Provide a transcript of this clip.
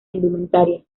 indumentaria